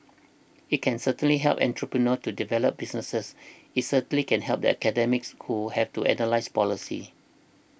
it can certainly help entrepreneurs to develop businesses it certainly can help the academics who have to analyse policy